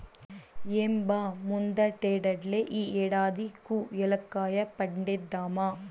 ఏం బా ముందటేడల్లే ఈ ఏడాది కూ ఏలక్కాయ పంటేద్దామా